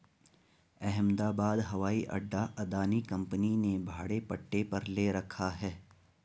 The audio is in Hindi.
अहमदाबाद हवाई अड्डा अदानी कंपनी ने भाड़े पट्टे पर ले रखा है